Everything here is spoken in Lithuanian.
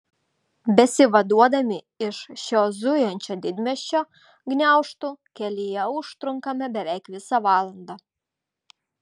besivaduodami iš šio zujančio didmiesčio gniaužtų kelyje užtrunkame beveik visą valandą